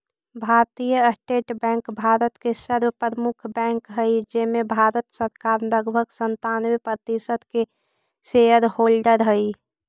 भारतीय State Bank भारत के सर्व प्रमुख बैंक हइ जेमें भारत सरकार लगभग सन्तानबे प्रतिशत के शेयर होल्डर हइ